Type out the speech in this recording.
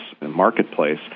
marketplace